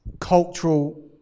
cultural